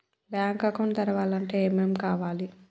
Bank account తెరవాలంటే ఏమేం కావాలి?